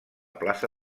plaça